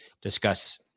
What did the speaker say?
discuss